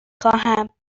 خواهم